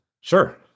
Sure